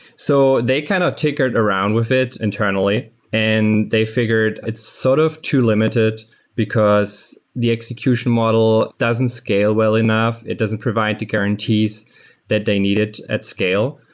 so they kind of tinkered around with it internally and they figured it's sort of too limited because the execution model doesn't scale well enough. it doesn't provide to guarantees that they needed at scale.